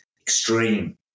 extreme